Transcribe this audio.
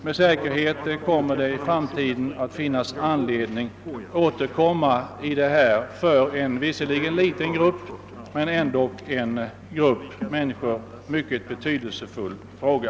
Med säkerhet kommer det i framtiden att finnas anledning återkomma till denna för en liten grupp människor så betydelsefulla fråga.